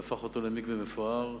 והפך אותו למקווה מפואר.